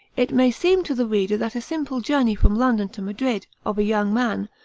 it may seem to the reader that a simple journey from london to madrid, of a young man,